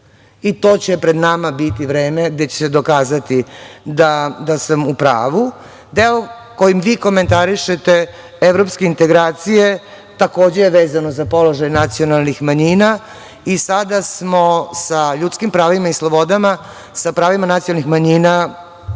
To će pred nama biti vreme gde će se dokazati da sam u pravu. Deo koji vi komentarišete, evropske integracije, takođe vezano za položaj nacionalnih manjina i sada smo sa ljudskim pravima i slobodama, sa pravima nacionalnih manjina,